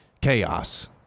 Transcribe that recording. chaos